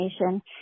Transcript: information